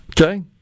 Okay